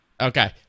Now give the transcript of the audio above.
Okay